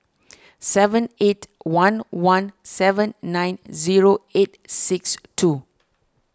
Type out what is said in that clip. seven eight one one seven nine zero eight six two